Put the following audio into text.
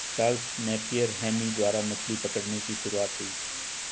Charles Napier Hemy द्वारा मछली पकड़ने की शुरुआत हुई